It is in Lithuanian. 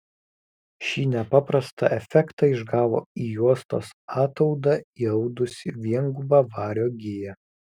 šį nepaprastą efektą išgavo į juostos ataudą įaudusi viengubą vario giją